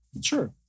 Sure